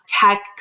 tech